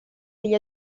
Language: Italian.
degli